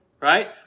right